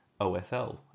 OSL